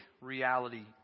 reality